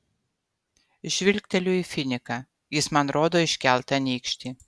žvilgteliu į finiką jis man rodo iškeltą nykštį